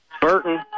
Burton